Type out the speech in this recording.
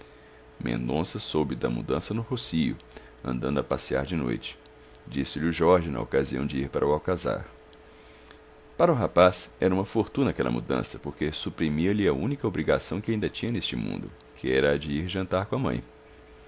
mendonça soube da mudança no rocio andando a passear de noite disse-lho jorge na ocasião de ir para o alcazar para o rapaz era uma fortuna aquela mudança porque suprimialhe a única obrigação que ainda tinha neste mundo que era a de ir jantar com a mãe